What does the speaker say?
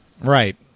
Right